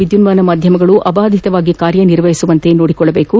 ವಿದ್ಯುನ್ನಾನ ಮಾಧ್ಯಮಗಳು ಅಬಾಧಿತವಾಗಿ ಕಾರ್ಯನಿರ್ವಹಿಸುವಂತೆ ನೋಡಿಕೊಳ್ಳಬೇಕು